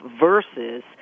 versus